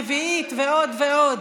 רביעית ועוד ועוד?